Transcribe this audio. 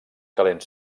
calent